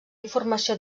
informació